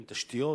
עם תשתיות,